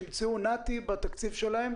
אתה אומר שנת"י ימצאו את זה בתקציב שלהם?